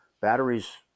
Batteries